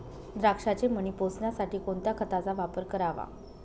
द्राक्षाचे मणी पोसण्यासाठी कोणत्या खताचा वापर करावा?